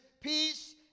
peace